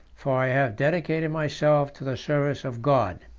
for i have dedicated myself to the service of god.